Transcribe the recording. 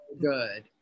good